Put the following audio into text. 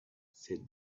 said